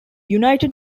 united